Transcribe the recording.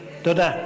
תודה.